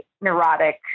neurotic